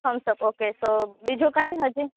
Thums Up okay so બીજું કાંઈ હજી